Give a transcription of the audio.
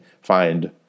find